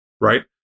Right